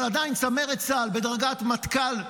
אבל עדיין, צמרת צה"ל בדרגת מטכ"ל,